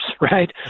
right